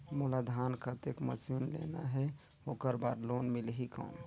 मोला धान कतेक मशीन लेना हे ओकर बार लोन मिलही कौन?